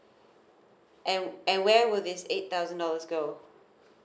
and and where would this eight thousand dollars go